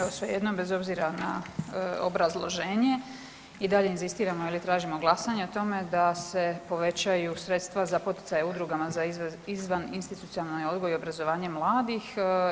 Evo, svejedno, bez obzira na obrazloženje i dalje inzistiramo ili tražimo glasanje na tome da se povećaju sredstva za poticaje udrugama za izvaninstitucionalni odgoj i obrazovanje mladih.